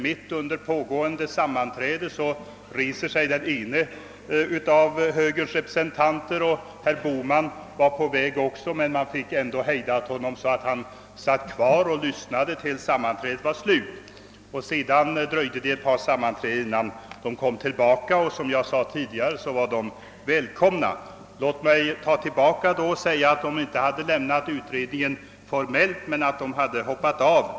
Mitt under pågående sammanträde reste sig den ene av högerns representanter, och herr Bohman var på väg också, men man lyckades hejda honom så att han satt kvar och lyssnade tills sammanträdet tog slut. Sedan hade vi ett par sammanträden, innan de kom tillbaka. Som jag sade tidigare var de välkomna. Låt mig ta tillbaka vad jag sade och i stället säga att de inte hade lämnat utredningen formellt men att de hade hoppat av.